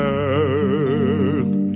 earth